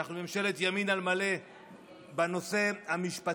אנחנו ממשלת ימין על מלא בנושא המשפטי,